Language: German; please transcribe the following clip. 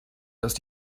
dass